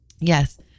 Yes